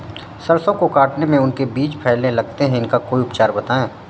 सरसो को काटने में उनके बीज फैलने लगते हैं इसका कोई उपचार बताएं?